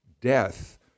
death